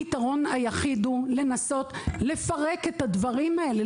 הפתרון היחיד הוא לנסות לפרק את הדברים האלה,